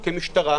או כמשטרה,